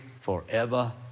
forever